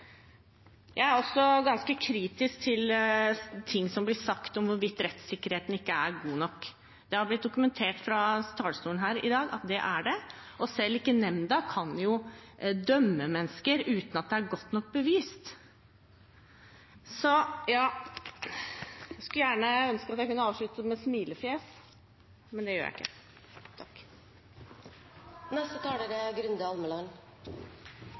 Jeg er også ganske kritisk til ting som blir sagt om hvorvidt rettssikkerheten ikke er god nok. Det har blitt dokumentert fra talerstolen i dag at det er den. Selv ikke nemnda kan dømme mennesker uten at det er godt nok bevist. Jeg skulle gjerne avsluttet med et smilefjes, men det gjør jeg ikke. Jeg vil også holde et lite innlegg i etterkant av representanten Tetzschners innlegg. Det er